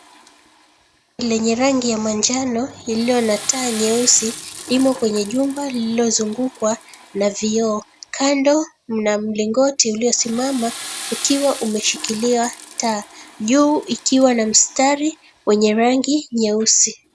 Lenye rangi ya manjano iliyo na taa nyeusi imo kwenye jumba lililozungukwa na vyoo, kando mna mlingoti uliyo simama ukiwa umeshikilia taa, juu ukiwa na mstari wenye rangi nyeusi.